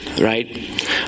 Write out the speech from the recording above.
right